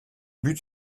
but